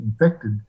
infected